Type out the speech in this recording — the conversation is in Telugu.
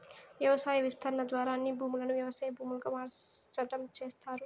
వ్యవసాయ విస్తరణ ద్వారా అన్ని భూములను వ్యవసాయ భూములుగా మార్సటం చేస్తారు